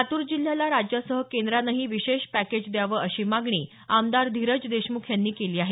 लातूर जिल्ह्याला राज्यासह केंद्रानेही विशेष पॅकेज द्यावं अशी मागणी आमदार धीरज देशमुख यांनी केली आहे